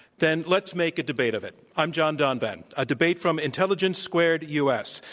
then let's make a debate of it. i'm john donvan, a debate from intelligence squared u. s.